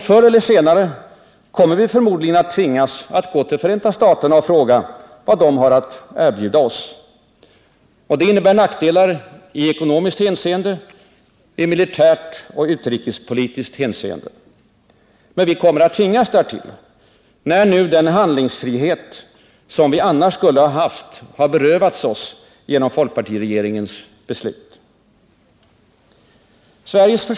Förr eller senare kommer vi förmodligen att tvingas att gå till Förenta staterna och fråga vad de har att erbjuda oss. Detta innebär nackdelar i ekonomiskt, militärt och utrikespolitiskt hänseende. Men vi kommer att tvingas därtill, när nu den handlingsfrihet vi annars skulle ha haft berövats oss genom folkpartiregeringens beslut.